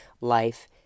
life